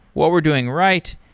what we're doing right,